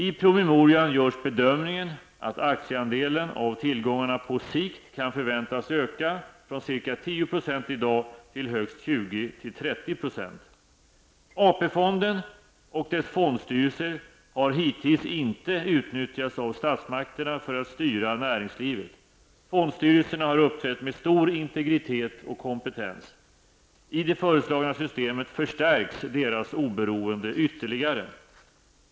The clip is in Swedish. I promemorian görs bedömningen att aktieandelen av tillgångarna på sikt kan förväntas öka från ca AP-fonden och dess fondstyrelser har hittills inte utnyttjats av statsmakterna för att styra näringslivet. Fondstyrelserna har uppträtt med stor integritet och kompetens. I det föreslagna systemet förstärks deras oberoende ytterligare.